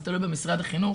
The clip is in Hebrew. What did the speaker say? זה תלוי במשרד החינוך,